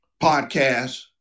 podcast